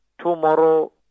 tomorrow